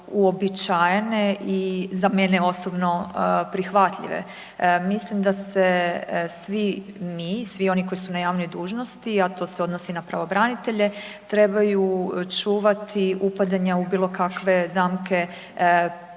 uobičajene i za mene osobno prihvatljive. Mislim da se svi mi, svi oni koji su na javnoj dužnosti a to se odnosi na pravobranitelje, trebaju čuvati upadanja u bilo kakve zamke pripadnosti